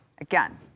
Again